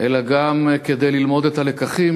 אלא גם כדי ללמוד את הלקחים,